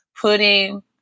putting